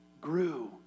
grew